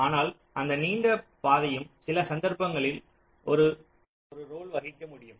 ஆனால் அந்த நீண்ட பாதையும் சில சந்தர்ப்பங்களில் ஒரு பாத்திரத்தை வகிக்க முடியும்